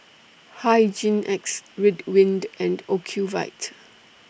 Hygin X Ridwind and Ocuvite